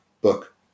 Book